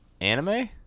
Anime